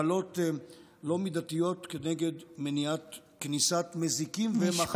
הקלות לא מידתיות נגד כניסת מזיקים ומחלות.